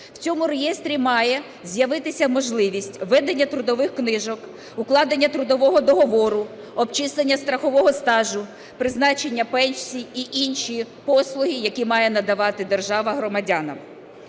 В цьому реєстрі має з'явитися можливість ведення трудових книжок, укладення трудового договору, обчислення страхового стажу, призначення пенсій і інші послуги, які має надавати держава громадянам.